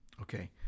Okay